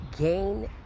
gain